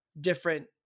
different